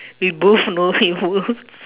we both know him who